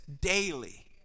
daily